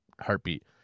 heartbeat